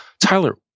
Tyler